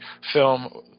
film